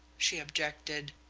she objected.